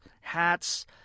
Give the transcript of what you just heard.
hats